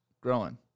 Growing